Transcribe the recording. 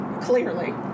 clearly